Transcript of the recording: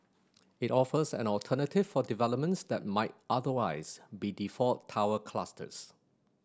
it offers an alternative for developments that might otherwise be default tower clusters